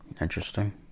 Interesting